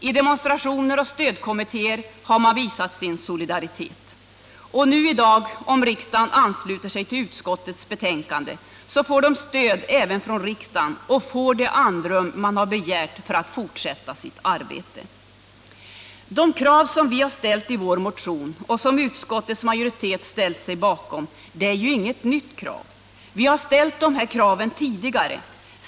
I demonstrationer och stödkommittér har man visat sin solidaritet. Och nu i dag, om riksdagen ansluter sig till vad som föreslås i utskottets betänkande, får de stöd även från riksdagen och därmed det andrum de begärt för att kunna fortsätta sitt arbete. De krav som vi har ställt i vår motion och som utskottets majoritet ställt sig bakom är ju inga nya krav. Vi har ställt dem tidigare.